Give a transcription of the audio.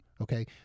Okay